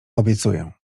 obiecuję